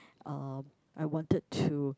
uh I wanted to